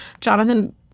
Jonathan